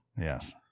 Yes